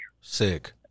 Sick